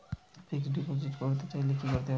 Fixed deposit করতে চাইলে কি করতে হবে?